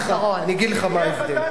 אני אגיד לך מה ההבדל.